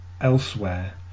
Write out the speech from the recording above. elsewhere